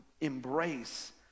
embrace